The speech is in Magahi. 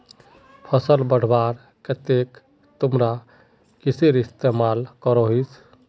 फसल बढ़वार केते तुमरा किसेर इस्तेमाल करोहिस?